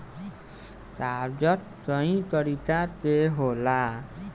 कागज कई तरीका के होला